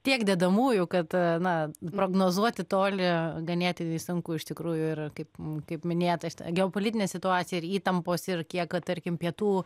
tiek dedamųjų kad na prognozuoti toli ganėtinai sunku iš tikrųjų ir kaip kaip minėta šita geopolitinė situacija ir įtampos ir kiek tarkim pietų